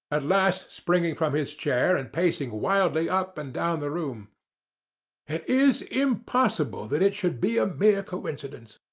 at last springing from his chair and pacing wildly up and down the room it is impossible that it should be a mere coincidence.